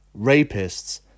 rapists